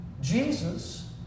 Jesus